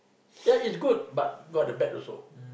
ya is good but got the bad also